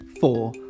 four